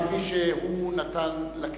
כפי שהוא נתן לכנסת.